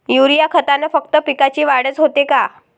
Urea खतानं फक्त पिकाची वाढच होते का?